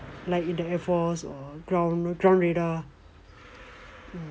like in the airforce or ground ultra radar